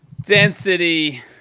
Density